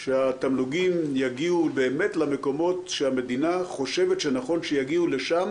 שהתמלוגים יגיעו באמת למקומות שהמדינה חושבת שנכון שיגיעו לשם